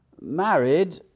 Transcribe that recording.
married